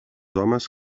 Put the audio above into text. homes